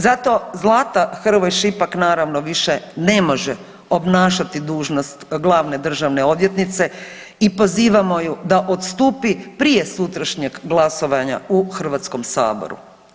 Zato Zlata Hrvoj-Šipek naravno više ne može obnašati dužnost glavne državne odvjetnice i pozivamo ju da odstupi prije sutrašnjeg glasovanja u Hrvatskom saboru.